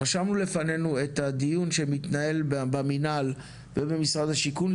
רשמנו לפנינו את הדיון שמתנהל במינהל ובמשרד השיכון,